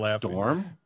dorm